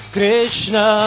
Krishna